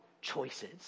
choices